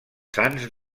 sants